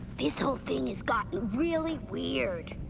this whole thing has gotten really weird.